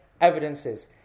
evidences